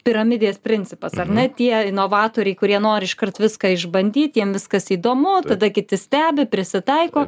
piramidės principas ar ne tie inovatoriai kurie nori iškart viską išbandyt jiem viskas įdomu tada kiti stebi prisitaiko